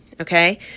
Okay